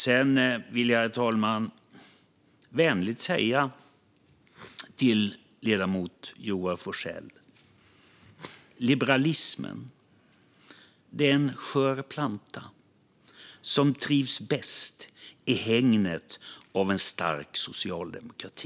Sedan vill jag, herr talman, vänligt säga till ledamoten Joar Forssell: Liberalismen är en skör planta som trivs bäst i hägnet av en stark socialdemokrati.